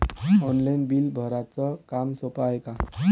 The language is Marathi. ऑनलाईन बिल भराच काम सोपं हाय का?